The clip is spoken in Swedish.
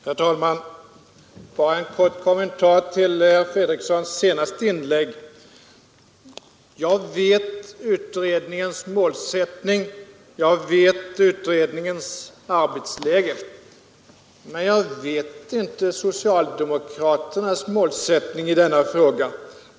Herr talman! Bara en kort kommentar till herr Fredrikssons senaste inlägg. Jag vet utredningens målsättning, jag känner till utredningens arbetsläge. Men jag vet inte socialdemokraternas målsättning i denna fråga.